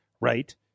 Right